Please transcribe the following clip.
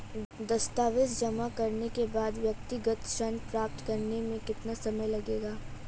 दस्तावेज़ जमा करने के बाद व्यक्तिगत ऋण प्राप्त करने में कितना समय लगेगा?